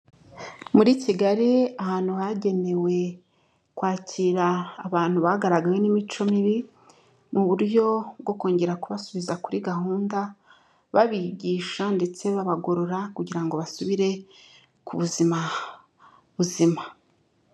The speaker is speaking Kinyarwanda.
Muri Kigali ahantu hagenewe kwakira abantu bagaragaweho n'imico mibi, mu buryo bwo kongera kubasubiza kuri gahunda, babigisha ndetse babagorora, kugira ngo basubire ku buzima buzima.